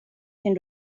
den